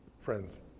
friends